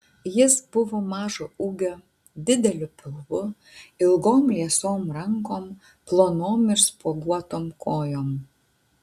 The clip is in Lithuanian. jis buvo mažo ūgio dideliu pilvu ilgom liesom rankom plonom ir spuoguotom kojom